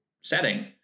setting